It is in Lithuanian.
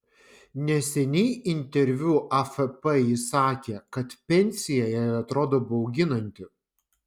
neseniai interviu afp ji sakė kad pensija jai atrodo bauginanti